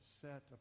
set